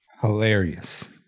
Hilarious